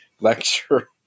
lecture